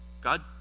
God